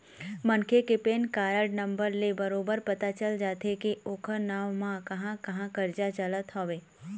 मनखे के PAN card number ले बरोबर पता चल जाथे के ओखर नांव म कहाँ कहाँ करजा चलत हवय